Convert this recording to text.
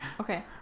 Okay